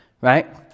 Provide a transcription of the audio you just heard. right